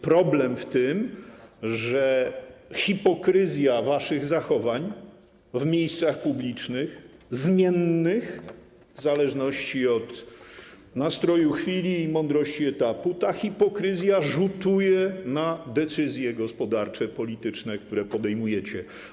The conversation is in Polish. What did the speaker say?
Problem w tym, że hipokryzja waszych zachowań w miejscach publicznych, zmiennych w zależności od nastroju chwili i mądrości etapu, rzutuje na decyzje gospodarcze i polityczne, które podejmujecie.